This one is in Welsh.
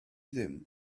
ddim